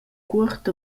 cuort